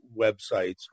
websites